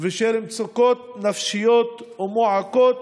ושל מצוקות נפשיות ומועקות